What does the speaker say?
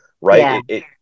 right